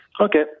Okay